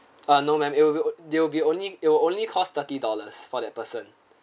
uh no ma'am it will will they will be only it'll only cost thirty dollars for that person